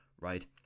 right